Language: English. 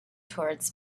towards